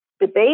debate